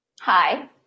Hi